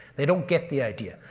they don't get the idea,